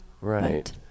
Right